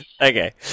Okay